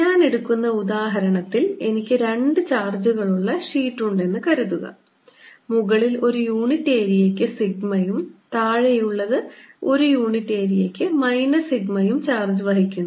ഞാൻ എടുക്കുന്ന ഉദാഹരണത്തിൽ എനിക്ക് രണ്ട് ചാർജ് ഉള്ള ഷീറ്റുകൾ ഉണ്ടെന്ന് കരുതുക മുകളിൽ ഒരു യൂണിറ്റ് ഏരിയയ്ക്ക് സിഗ്മയും താഴെയുള്ളത് ഒരു യൂണിറ്റ് ഏരിയയ്ക്ക് മൈനസ് സിഗ്മയും ചാർജ് വഹിക്കുന്നു